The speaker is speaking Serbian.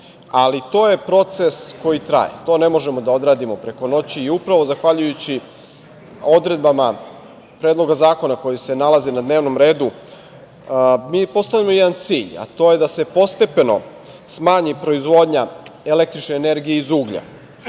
Ali, to je proces koji traje. To ne možemo da odradimo preko noći i upravo zahvaljujući odredbama predloga zakona koji se nalaze na dnevnom redu, mi postavljamo jedan cilj, a to je da se postepeno smanji proizvodnja električne energije iz uglja.